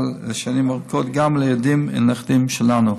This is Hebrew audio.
לשנים ארוכות גם לילדים ולנכדים שלנו.